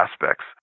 aspects